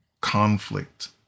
conflict